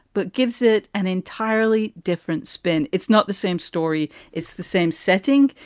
but gives it an entirely different spin. it's not the same story. it's the same setting.